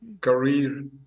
career